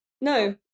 No